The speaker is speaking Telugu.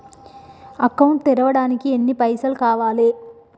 అకౌంట్ తెరవడానికి ఎన్ని పైసల్ కావాలే?